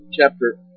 chapter